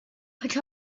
put